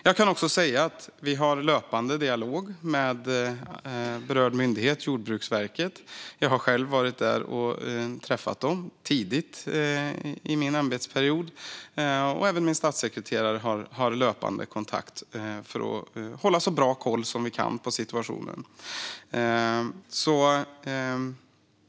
Jag kan också säga att vi har en löpande dialog med berörd myndighet, Jordbruksverket. Jag har själv varit hos myndigheten och träffat dem tidigt i min ämbetsperiod, och även min statssekreterare har löpande kontakt för att hålla så bra koll på situationen som möjligt.